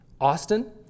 Austin